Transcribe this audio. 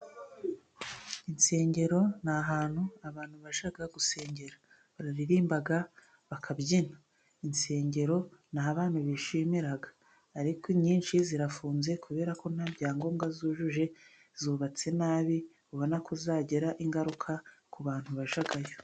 Insengero ni ahantu abantu basha gusengera baririmba bakabyina insengero n'aho abantu bishimira. Ariko inyinshi zirafunze kubera ko nta byangombwa zujuje zubatse nabi ubona ko zagira ingaruka ku bantu bajyayo.